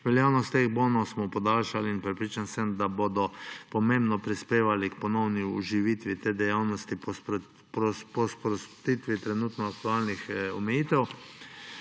Veljavnost teh bonov smo podaljšali in prepričan sem, da bodo pomembno prispevali k ponovni oživitvi te dejavnosti po sprostitvi trenutno aktualnih omejitev.